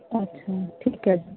ਅੱਛਾ ਠੀਕ ਹੈ ਜੀ